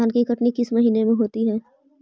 धान की कटनी किस महीने में होती है?